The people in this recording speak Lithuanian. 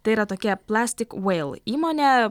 tai yra tokia plastik veil įmonė